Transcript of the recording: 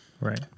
Right